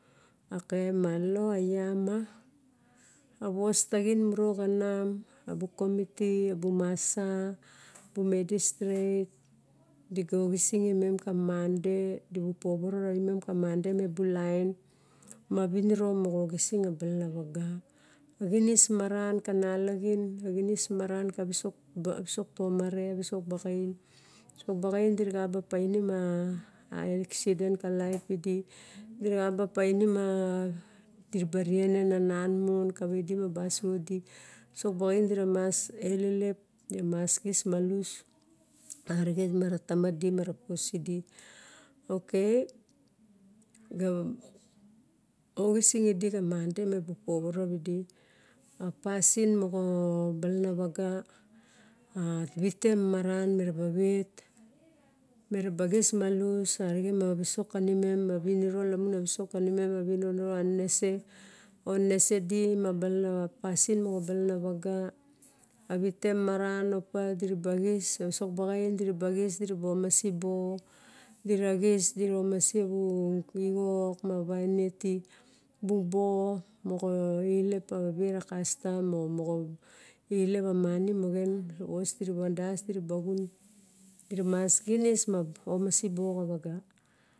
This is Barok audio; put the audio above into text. Ok malolo ga gar ma a os taine muro kaluvan, a bu comit abu masa, ba medistret di ga orgisim em ka monday, di bub poruoro ravim ka monday me bu. Lime, ma viniro moga orgisim a balanaga viaga oinis maran ka nalagime, ginio maran ka visok to mare, visok bagim diraga pinim a xudent ka lip edi derakabapmim a diraba renin a namon kaia di ma busuodi, visok begim derama xlelap, di mas kius malus a regen mana tamadi mara posid. Ok ogesik id xaga monday me bu povororuli ga pasim mogo balanaviga. A vite mama ran meraba vat merab kis malus aregen ma visock kaniem ma vinino larmon a visock xiniam a viniro moga nenese, or nenese di ma loalana pasim moga loalana vaga. A vite maran orpa di ra ba gio. a visok birgin dira ba gis dira ba omase boo, dira gis dira ormase a bu keyok ma vinit bu boo moga alap moga vira kasitam or moga alip a manine moga va a bu vos diraba vidas duraba giune ma duramas gilas ma omasi boo ka viga.